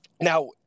Now